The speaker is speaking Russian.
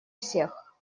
всех